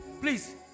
Please